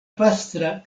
pastra